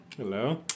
Hello